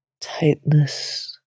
tightness